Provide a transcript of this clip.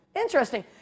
Interesting